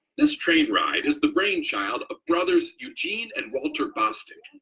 this train ride is the brainchild of brothers eugene and walter bostick,